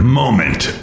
moment